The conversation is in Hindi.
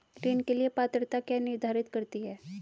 ऋण के लिए पात्रता क्या निर्धारित करती है?